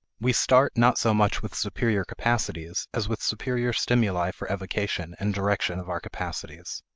we start not so much with superior capacities as with superior stimuli for evocation and direction of our capacities.